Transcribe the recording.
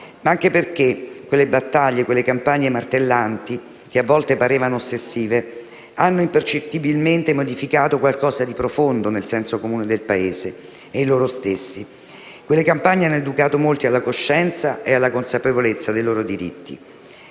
ma anche perché quelle battaglie, quelle campagne martellanti, che a volte parevano ossessive, hanno impercettibilmente modificato qualcosa di profondo nel senso comune del Paese e in loro stessi: quelle campagne hanno educato molti alla coscienza e alla consapevolezza dei loro diritti.